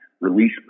release